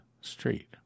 street